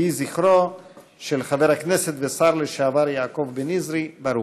יהי זכרו של חבר הכנסת והשר לשעבר יעקב בן-זרי ברוך.